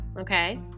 Okay